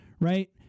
Right